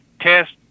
test